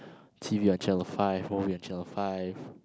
T_V on channel five movie on channel five